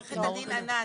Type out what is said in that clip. עורכת הדין ענת,